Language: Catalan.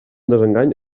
desengany